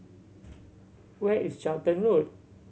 where is Charlton Road